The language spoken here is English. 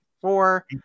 four